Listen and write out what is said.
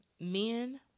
Men